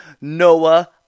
Noah